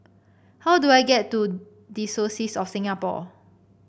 how do I get to Diocese of Singapore